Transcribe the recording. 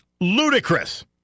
Ludicrous